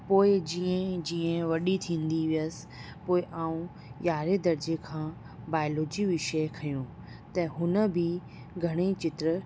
पोइ जीअं ई जीअं वॾी थींदी वियसि पोइ आउं यारहें दर्जे खां बायोलोजी विषय खयो त हुन बि घणेई चित्र